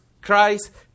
Christ